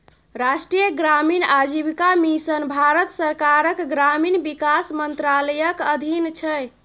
राष्ट्रीय ग्रामीण आजीविका मिशन भारत सरकारक ग्रामीण विकास मंत्रालयक अधीन छै